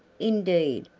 indeed,